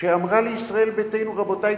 שאמרה לישראל ביתנו: רבותי,